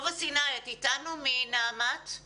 טובה סיני מנעמ"ת, את אתנו?